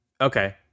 Okay